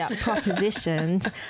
propositions